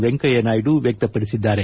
Venkaiah Naidu ವ್ಚಕ್ತಪಡಿಸಿದ್ದಾರೆ